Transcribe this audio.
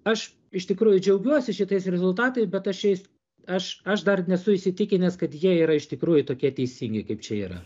aš iš tikrųjų džiaugiuosi šitais rezultatais bet aš jais aš aš dar nesu įsitikinęs kad jie yra iš tikrųjų tokie teisingi kaip čia yra